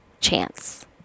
chance